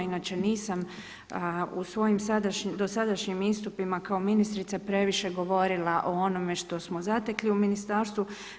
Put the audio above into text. Inače nisam u svojim dosadašnjim istupima kao ministrica previše govorila o onome što smo zatekli u ministarstvu.